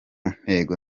ntego